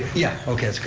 yeah. okay,